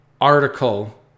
article